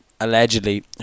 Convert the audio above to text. allegedly